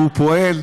הוא פועל.